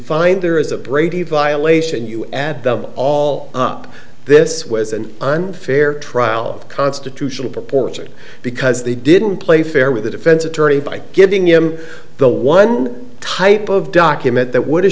find there is a brady violation you add them all up this was an unfair trial constitutional proportion because they didn't play fair with the defense attorney by giving him the one type of document that would